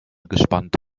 gespannt